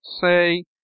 say